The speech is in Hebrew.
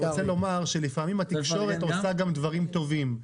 אני רוצה לומר שלפעמים התקשורת עושה גם דברים טובים.